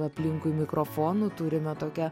aplinkui mikrofonų turime tokią